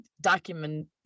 document